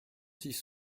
six